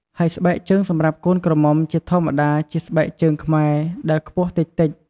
ហើយស្បែកជើងសម្រាប់កូនក្រមុំជាធម្មតាជាស្បែកជើងខ្មែរដែលខ្ពស់តិចៗ។